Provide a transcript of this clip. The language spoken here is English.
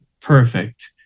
perfect